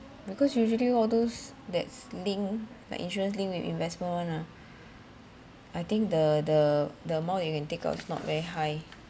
because usually all those that's linked like insurance linked with investment one ah I think the the the amount you can take out it's not very high